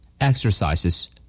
Exercises